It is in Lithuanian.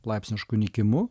laipsnišku nykimu